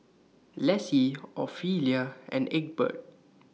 Laci Ophelia and Egbert